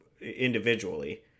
individually